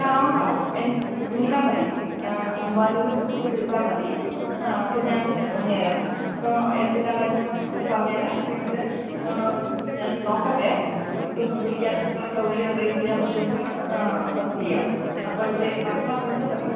ആ ഉണ്ടാവും വിളിച്ചാൽ മതി തമ്പാനൂർ വന്നിട്ട് വിളിച്ചാൽ മതി അപ്പോൾ ഞാൻ പറഞ്ഞുതരാം ഇപ്പോൾ എന്തിലാ വരുന്നത് എന്ന് പറഞ്ഞുതരാം അല്ലെങ്കിൽ ഞാൻ നോക്കട്ടെ നമുക്ക് വിളിക്കാനായിട്ടുള്ള സൗകര്യം അറേഞ്ച് ചെയ്യാൻ പറ്റുമെങ്കിൽ അപ്പോൾ ചെയ്യാം അപ്പോഴത്തെ അപ്പോൾ വിളിച്ചാൽ മതി